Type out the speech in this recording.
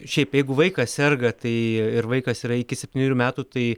šiaip jeigu vaikas serga tai ir vaikas yra iki septynerių metų tai